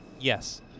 Yes